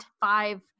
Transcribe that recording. five